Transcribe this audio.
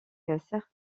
certains